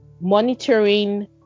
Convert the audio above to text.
monitoring